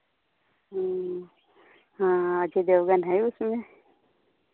हाँ अजय देवगन है उसमें